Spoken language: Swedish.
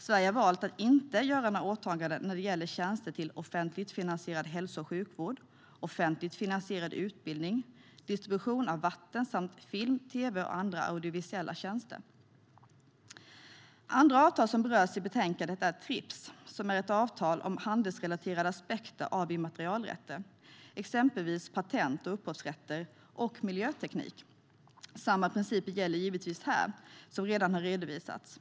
Sverige har valt att inte göra några åtaganden när det gäller tjänster till offentligt finansierad hälso och sjukvård, offentligt finansierad utbildning, distribution av vatten samt film, tv och andra audiovisuella tjänster. Ett annat avtal som berörs i betänkandet är TRIPS. Det är ett avtal om handelsrelaterade aspekter av immaterialrätter, exempelvis patent och upphovsrätt och miljöteknik. Samma principer gäller givetvis här som redan har redovisats.